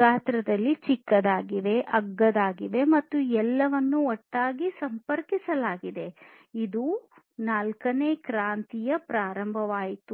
ಗಾತ್ರದಲ್ಲಿ ಚಿಕ್ಕದಾಗಿದೆ ಅಗ್ಗವಾಗಿದೆ ಮತ್ತು ಎಲ್ಲವನ್ನೂ ಒಟ್ಟಿಗೆ ಸಂಪರ್ಕಿಸಲಾಗಿದೆ ಇಲ್ಲಿ ನಾಲ್ಕನೇ ಕೈಗಾರಿಕಾ ಕ್ರಾಂತಿ ಪ್ರಾರಂಭವಾಯಿತು